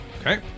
Okay